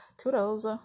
Toodles